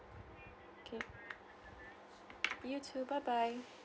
K you too bye bye